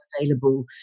available